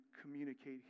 communicate